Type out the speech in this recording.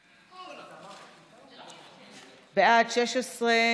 הוראת שעה,